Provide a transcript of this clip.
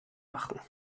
machen